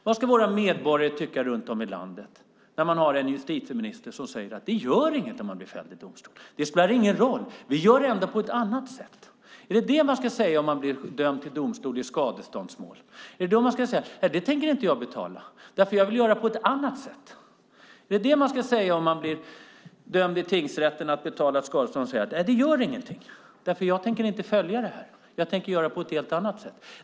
Vad ska våra medborgare tycka runt om i landet när vi har en justitieminister som säger att det inte gör någonting om man blir fälld i domstol, att det inte spelar någon roll, för vi gör ändå på ett annat sätt? Om man blir dömd i domstol i skadeståndsmål, ska man då säga att man inte tänker betala därför att man vill göra på ett annat sätt? Om man blir dömd i tingsrätten att betala skadestånd, ska man då säga att det inte gör någonting, för man tänker inte följa det utan göra på ett helt annat sätt?